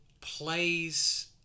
plays